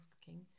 king